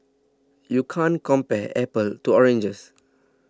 you can't compare apples to oranges